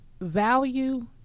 Value